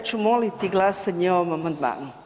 Ja ću moliti glasanje o ovom amandmanu.